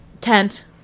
Tent